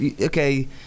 okay